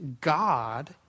God